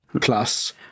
plus